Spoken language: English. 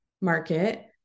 market